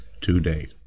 today